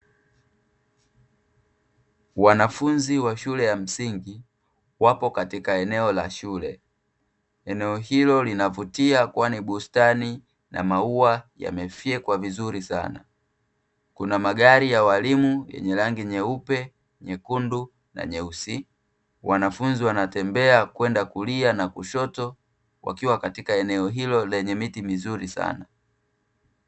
Wanafunzi wa shule ya msingi, wapo katika eneo la shule. Eneo hilo linavutia kwani bustani na maua yamefyekwa vizuri sana. Kuna magari ya walimu yenye rangi nyeupe, nyekundu na nyeusi. Wanafunzi wanatembea kwenda kulia na kushoto, wakiwa katika eneo hilo lenye miti mizuri sana.